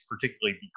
particularly